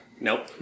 Nope